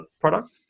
product